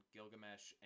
Gilgamesh